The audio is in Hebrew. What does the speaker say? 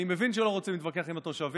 אני מבין שהוא לא רוצה להתווכח עם התושבים.